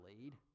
lead